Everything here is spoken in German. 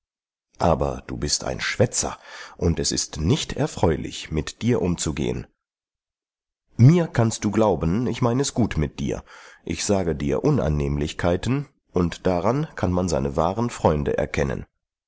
aber du bist ein schwätzer und es ist nicht erfreulich mit dir umzugehen mir kannst du glauben ich meine es gut mit dir ich sage dir unannehmlichkeiten und daran kann man seine wahren freunde erkennen